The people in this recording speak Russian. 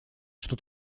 что